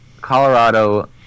Colorado